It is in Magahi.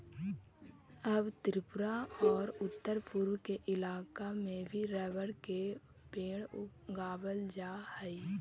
अब त्रिपुरा औउर उत्तरपूर्व के इलाका में भी रबर के पेड़ उगावल जा हई